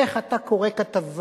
איך אתה קורא כתבה,